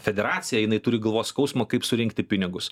federacija jinai turi galvos skausmą kaip surinkti pinigus